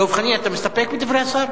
דב חנין, אתה מסתפק בדברי השר?